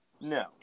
No